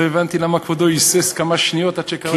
לא הבנתי למה כבודו היסס כמה שניות עד שקרא את שמי.